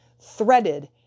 threaded